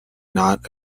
not